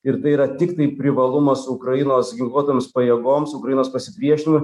ir tai yra tiktai privalumas ukrainos ginkluotoms pajėgoms ukrainos pasipriešinimui